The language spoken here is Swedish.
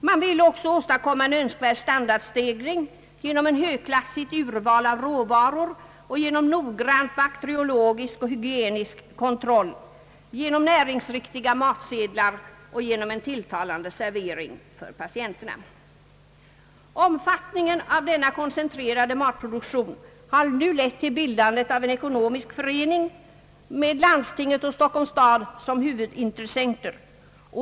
Man ville också åstadkomma en önskvärd standardstegring genom ett högklassigt urval av råvaror och genom noggrann bakteriologisk och hygienisk kontroll, genom näringsriktiga matsedlar och genom en tilltalande servering för patienterna. Omfattningen av denna koncentrerade matproduktion har nu lett till bildandet av en ekonomisk förening med landstinget och Stockholms stad som huvudintressenter.